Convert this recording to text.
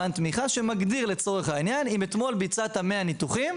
תמיכה שמגדיר אם אתמול ביצעת 100 ניתוחים,